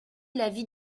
l’avis